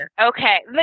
Okay